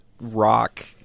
rock